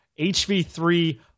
HV3